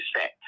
set